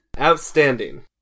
Outstanding